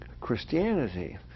Christianity